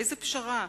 איזו פשרה?